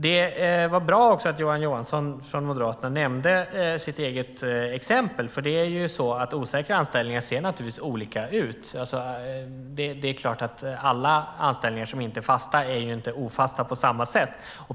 Det var bra att Johan Johansson från Moderaterna nämnde sitt eget exempel. Osäkra anställningar ser naturligtvis olika ut. Alla anställningar som inte är fasta är inte ofasta på samma sätt.